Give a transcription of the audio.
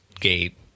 gate